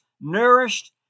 nourished